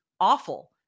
awful